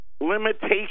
limitations